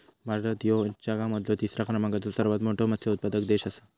भारत ह्यो जगा मधलो तिसरा क्रमांकाचो सर्वात मोठा मत्स्य उत्पादक देश आसा